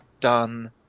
done